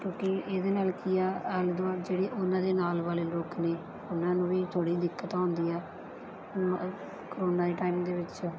ਕਿਉਂਕਿ ਇਹਦੇ ਨਾਲ ਕੀ ਆ ਆਲੇ ਦੁਆਲੇ ਜਿਹੜੇ ਉਹਨਾਂ ਦੇ ਨਾਲ ਵਾਲੇ ਲੋਕ ਨੇ ਉਹਨਾਂ ਨੂੰ ਵੀ ਥੋੜ੍ਹੀ ਦਿੱਕਤ ਆਉਂਦੀ ਹੈ ਕਰੋਨਾ ਦੇ ਟਾਈਮ ਦੇ ਵਿੱਚ